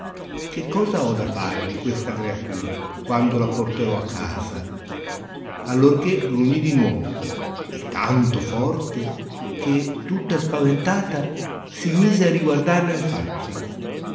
che cosa ho da fare di questa creatura quando la porterò a casa allorchè grugnì di nuovo e tanto forte che tutta spaventata si mise a riguardarla in faccia